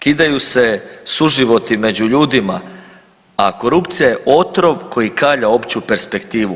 Kidaju se suživoti među ljudima, a korupcija je otrov koji kalja opću perspektivu.